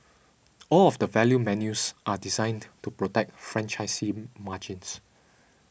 all of the value menus are designed to protect franchisee margins